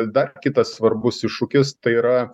dar kitas svarbus iššūkis tai yra